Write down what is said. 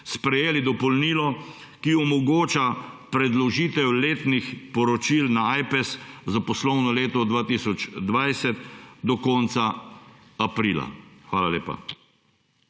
sprejeli dopolnilo, ki omogoča predložitev letnih poročil na Ajpes za poslovno leto 2020 do konca aprila.